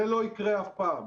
זה לא יקרה אף פעם.